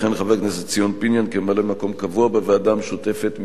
יכהן חבר הכנסת ציון פיניאן כממלא-מקום קבוע בוועדה המשותפת,